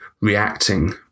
Reacting